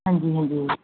ਹਾਂਜੀ ਹਾਂਜੀ